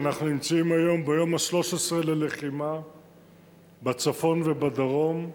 אנחנו נמצאים היום ביום ה-13 ללחימה בצפון ובדרום,